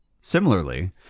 Similarly